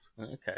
okay